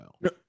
No